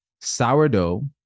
Sourdough